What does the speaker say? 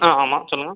ஆ ஆமாம் சொல்லுங்கள்